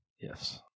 Yes